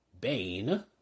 Bane